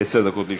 עשר דקות לרשותך.